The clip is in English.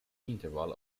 interval